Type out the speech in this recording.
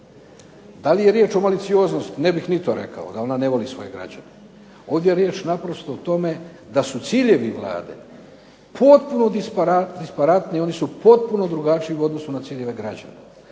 Da li je riječ o malicioznosti? Ne bih ni to rekao da ona ne voli svoje građane. Ovdje je riječ naprosto o tome da su ciljevi Vlade potpuno disparantni, oni su potpuno drugačiji na ciljeve građana.